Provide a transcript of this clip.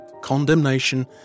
Condemnation